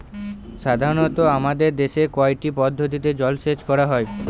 সাধারনত আমাদের দেশে কয়টি পদ্ধতিতে জলসেচ করা হয়?